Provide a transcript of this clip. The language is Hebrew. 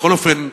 בכל אופן,